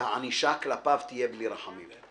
שהענישה כלפיו תהיה בלי רחמים,